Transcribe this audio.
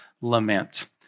lament